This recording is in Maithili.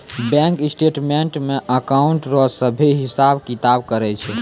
बैंक स्टेटमेंट्स मे अकाउंट रो सभे हिसाब किताब रहै छै